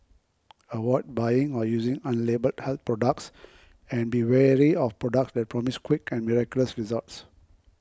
avoid buying or using unlabelled health products and be warily of products that promise quick and miraculous results